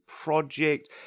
project